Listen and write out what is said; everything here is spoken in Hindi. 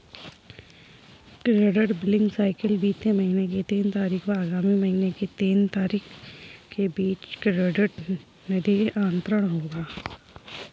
क्रेडिट बिलिंग साइकिल बीते महीने की तीन तारीख व आगामी महीने की तीन तारीख के बीच क्रेडिट निधि अंतरण होगा